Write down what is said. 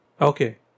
Okay